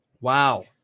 Wow